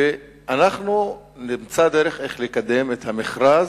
ואנחנו נמצא דרך לקדם את המכרז